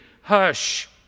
Hush